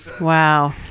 Wow